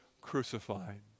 crucified